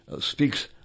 speaks